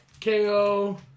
KO